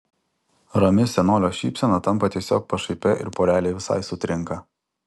rami senolio šypsena tampa tiesiog pašaipia ir porelė visai sutrinka